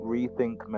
Rethink